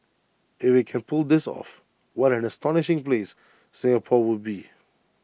if IT can pull this off what an astonishing place Singapore would be